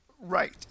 Right